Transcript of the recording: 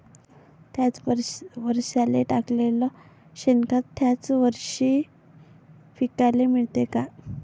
थ्याच वरसाले टाकलेलं शेनखत थ्याच वरशी पिकाले मिळन का?